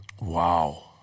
Wow